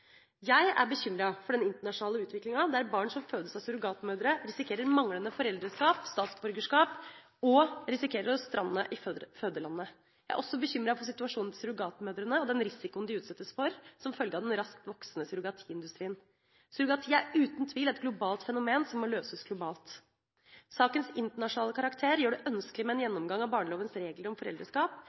Jeg er bekymret over den internasjonale utviklinga der barn som fødes av surrogatmødre, risikerer manglende foreldreskap og statsborgerskap, og at de risikerer å «strande» i fødelandet. Jeg er også bekymret over situasjonen til surrogatmødrene og den risikoen de utsettes for, som følge av den raskt voksende surrogatiindustrien. Surrogati er uten tvil et globalt fenomen som må løses globalt. Sakens internasjonale karakter gjør det ønskelig med en gjennomgang av barnelovens regler om foreldreskap